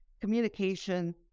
communication